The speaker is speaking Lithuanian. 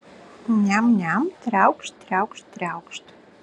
niam niam triaukšt triaukšt triaukšt